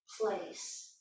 place